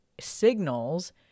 signals